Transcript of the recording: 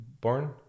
born